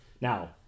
Now